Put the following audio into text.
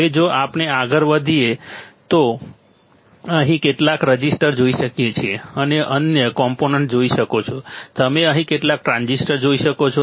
હવે જો આપણે આગળ વધીએ તો 1961 માં discrete IC based op amps હતા તમે કહો કે ડિસ્ક્રીટ IC માં આપણે અહીં કેટલાક રેઝિસ્ટર જોઈ શકીએ છીએ તમે અન્ય કોમ્પોનન્ટ જોઈ શકો છો તમે અહીં કેટલાક ટ્રાન્ઝિસ્ટર જોઈ શકો છો